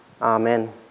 Amen